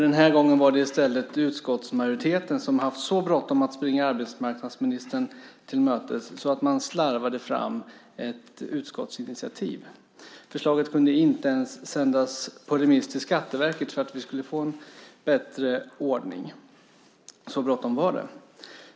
Den här gången var det i stället utskottsmajoriteten som har hade så bråttom att springa arbetsmarknadsministern till mötes att man slarvade fram ett utskottsinitiativ. Förslaget kunde inte ens sändas på remiss till Skatteverket för att vi skulle få en bättre ordning. Så bråttom var det.